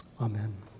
Amen